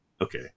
okay